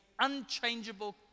unchangeable